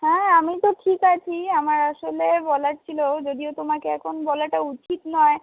হ্যাঁ আমি তো ঠিক আছি আমার আসলে বলার ছিল যদিও তোমাকে এখন বলাটা উচিৎ নয়